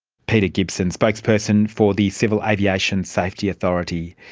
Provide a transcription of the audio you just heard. peter gibson, spokesperson for the civil aviation safety authority.